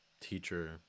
teacher